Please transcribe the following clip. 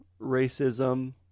racism